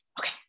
okay